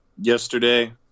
yesterday